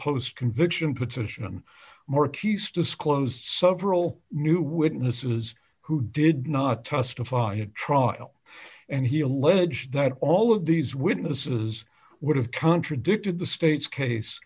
post conviction position more accused disclosed several new witnesses who did not testify at trial and he allege that all of these witnesses would have contradicted the state's case